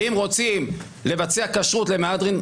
אם רוצים לבצע כשרות למהדרין,